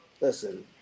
Listen